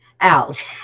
out